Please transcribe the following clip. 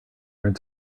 learn